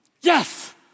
Yes